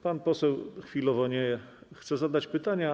Pan poseł chwilowo nie chce zadać pytania.